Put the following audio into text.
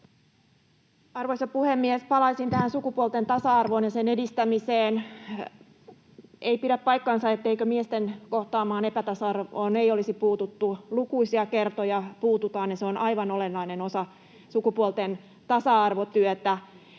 Arvoisa puhemies! Palaisin tähän sukupuolten tasa-arvoon ja sen edistämiseen. Ei pidä paikkaansa, etteikö miesten kohtaamaan epätasa-arvoon olisi puututtu — lukuisia kertoja on puututtu, ja se on aivan olennainen osa sukupuolten tasa-arvotyötä.